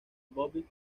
bobby